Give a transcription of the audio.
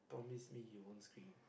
promise me you won't scream